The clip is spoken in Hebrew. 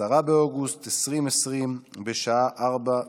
10 באוגוסט 2020, בשעה 16:00